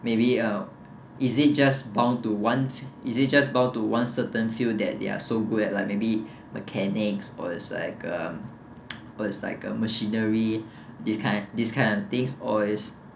maybe uh is it just bound to one is it just bound to one certain field that they are so good at like maybe mechanics or it's like uh or it's like a machinery this kind this kind of things or is